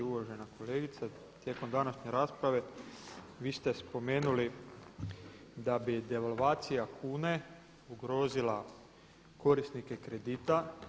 Uvažena kolegice tijekom današnje rasprave vi ste spomenuli da bi devalvacija kune ugrozila korisnike kredita.